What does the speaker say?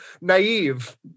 naive